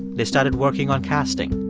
they started working on casting.